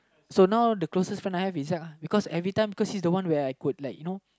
so now the closest friend I have is Zack ah because everytime because he's the one where I could like you know